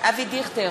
אבי דיכטר,